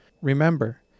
Remember